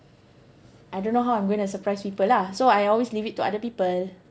I don't know how I'm gonna surprise people lah so I always leave it to other people